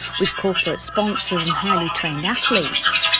with corporate sponsors and highly trained athletes.